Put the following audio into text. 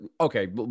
okay